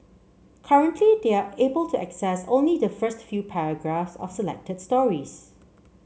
currently they are able to access only the first few paragraphs of selected stories